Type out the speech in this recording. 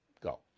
go